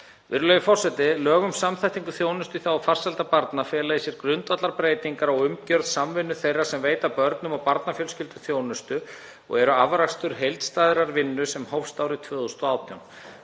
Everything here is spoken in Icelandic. Virðulegur forseti. Lög um samþættingu þjónustu í þágu farsældar barna fela í sér grundvallarbreytingar á umgjörð samvinnu þeirra sem veita börnum og barnafjölskyldum þjónustu og eru afrakstur heildstæðrar vinnu sem hófst árið 2018.